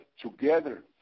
together